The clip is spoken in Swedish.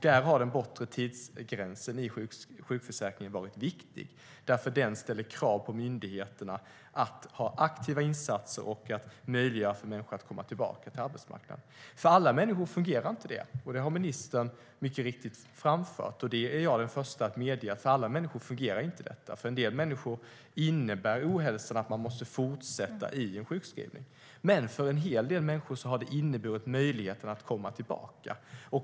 Där har den bortre tidsgränsen i sjukförsäkringen varit viktig eftersom den ställt krav på myndigheterna att göra aktiva insatser och därmed möjliggöra för människor att komma tillbaka till arbetsmarknaden. För alla människor fungerar inte det, och det har ministern mycket riktigt framfört. Jag är den förste att medge att för alla människor fungerar det inte. För en del människor innebär ohälsan att man måste fortsätta i sjukskrivning, men för en hel del människor har det inneburit en möjlighet att komma tillbaka.